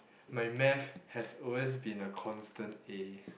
my math has always been a constant a